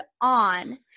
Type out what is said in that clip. on